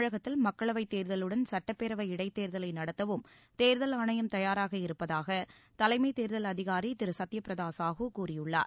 தமிழகத்தில் மக்களவைத் தேர்தலுடன் சட்டப்பேரவை இடைத் தேர்தலை நடத்தவும் தேர்தல் ஆணையம் தயாராக இருப்பதாக தலைமைத் தேர்தல் அதிகாரி திரு சத்ய பிரதா சாஹூ கூறியுள்ளார்